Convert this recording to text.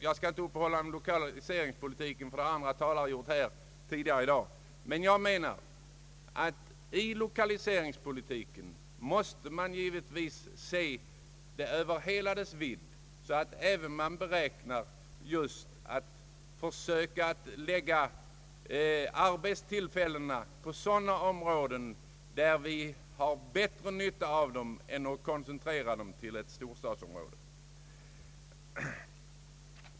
Jag skall inte uppehålla mig vid lokaliseringspolitiken, ty det har andra talare gjort här tidigare i dag. Men jag menar att man måste se lokaliseringspolitiken i hela dess vidd, så att man söker förlägga arbetstillfällena till sådana områden där vi har bättre nytta av dem i stället för att koncentrera dem till ett storstadsområde.